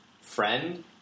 friend